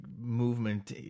movement